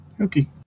Okay